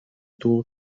tour